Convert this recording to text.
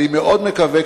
אני מאוד מקווה,